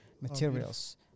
materials